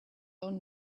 own